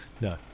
no